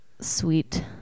sweet